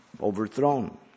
overthrown